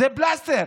זה פלסטר.